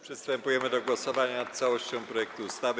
Przystępujemy do głosowania nad całością projektu ustawy.